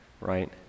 right